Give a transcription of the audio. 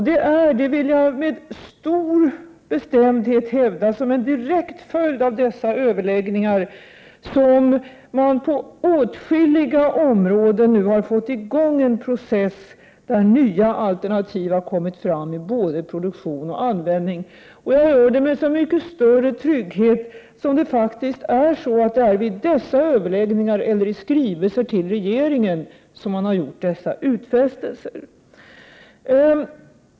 Det är, det vill jag med stor bestämdhet hävda, som en direkt följd av dessa överläggningar som man på åtskilliga områden nu har fått i gång en process där nya alternativ kommit fram i både produktion och användning. Jag hävdar detta med så mycket större trygghet som det faktiskt är vid dessa överläggningar eller i skrivelser till regeringen som man har gjort dessa utfästelser.